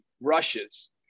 rushes